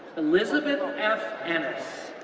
elizabeth f. ennis,